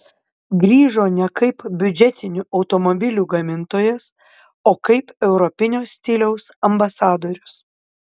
grįžo ne kaip biudžetinių automobilių gamintojas o kaip europinio stiliaus ambasadorius